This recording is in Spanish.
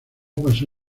pasó